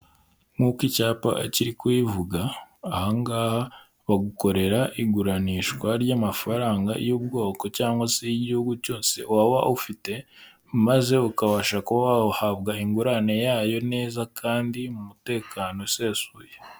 Nk'uko icyapa kiri kuyivuga, aha ngaha bagukorera iguranishwa ry'amafaranga y'ubwoko cyangwa se y'igihugu cyose waba ufite, maze ukabasha kuba wahabwa ingurane yayo neza kandi mu mutekano usesuye.